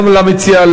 למציע,